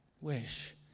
wish